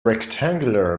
rectangular